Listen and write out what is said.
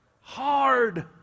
hard